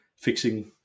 fixing